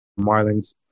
Marlins